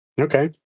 Okay